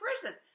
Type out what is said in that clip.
prison